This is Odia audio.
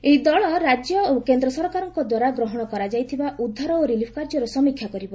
ଏହି ଏଦଳ ରାଜ୍ୟ ଏବଂ କେନ୍ଦ୍ର ସରକାରଙ୍କଦ୍ୱାରା ଗ୍ରହଣ କରାଯାଇଥିବା ଉଦ୍ଦାର ଓ ରିଲିଫ୍ କାର୍ଯ୍ୟର ସମୀକ୍ଷା କରିବ